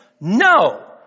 No